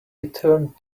returned